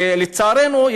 לצערנו,